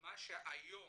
שמה שהיום